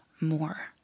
more